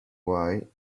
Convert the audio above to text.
why